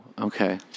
okay